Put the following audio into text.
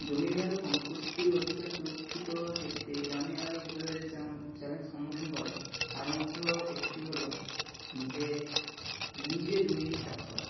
জমির মেয়াদ ও সম্পত্তির অধিকার সুরক্ষিত ক্ষেত্রে গ্রামীণ এলাকায় কৃষকরা যে চ্যালেঞ্জ সম্মুখীন করে তার মধ্যে একটি হলো যে লিজে জমি নিয়ে চাষ করা